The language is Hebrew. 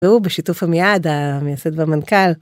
והוא בשיתוף עמיעד, המייסד והמנכ״ל.